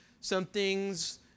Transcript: something's